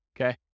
okay